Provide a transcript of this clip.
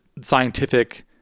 scientific